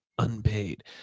Unpaid